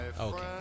okay